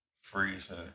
freezing